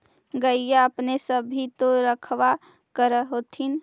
गईया अपने सब भी तो रखबा कर होत्थिन?